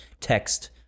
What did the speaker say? text